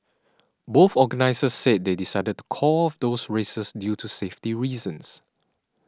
both organisers said they decided to call off those races due to safety reasons